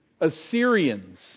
Assyrians